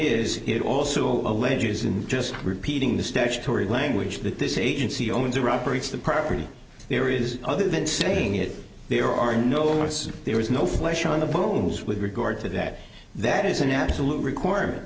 is it also alleges in just repeating the statutory language that this agency owns or operates the property there is other than saying it there are no laws there is no flesh on the bones with regard to that that is an absolute requirement